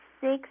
six